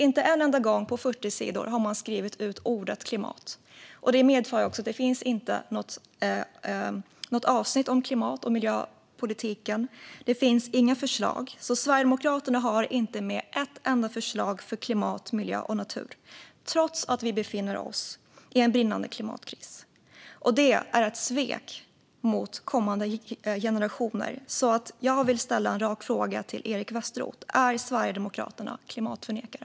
Inte en enda gång på 40 sidor har man skrivit ut ordet klimat. Det finns inte heller något avsnitt om klimat och miljöpolitik. Det finns inga förslag. Sverigedemokraterna har alltså inte ett enda förslag för klimat, miljö och natur trots att vi befinner oss i en brinnande klimatkris. Det är ett svek mot kommande generationer. Jag vill ställa en rak fråga till Eric Westroth: Är Sverigedemokraterna klimatförnekare?